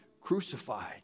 crucified